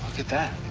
at that.